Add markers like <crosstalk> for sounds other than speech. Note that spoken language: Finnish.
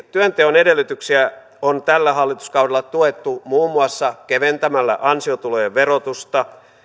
<unintelligible> työnteon edellytyksiä on tällä hallituskaudella tuettu muun muassa keventämällä ansiotulojen verotusta